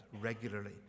regularly